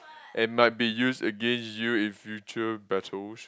and might be used against you if you choose battles